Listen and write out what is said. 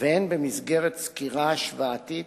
והן בסקירה השוואתית